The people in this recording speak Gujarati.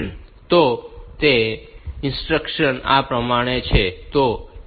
તો તે ઇન્સ્ટ્રક્શન આ પ્રમાણે છે